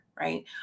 right